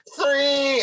Three